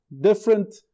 different